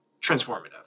transformative